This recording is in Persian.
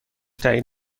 تأیید